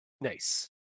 Nice